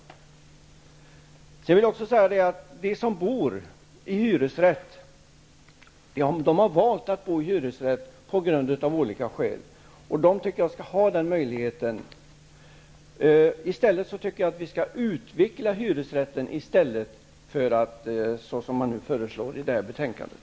Sedan vill jag också säga att de som bor i hyresrätt har valt att göra det av olika skäl, och jag tycker att de skall ha den möjligheten. Jag tycker att vi skall utveckla hyresrätten i stället för att göra som det föreslås i det här betänkandet.